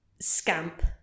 scamp